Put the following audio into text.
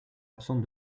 absente